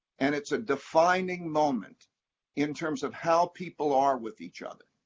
and it's a defining moment in terms of how people are with each other.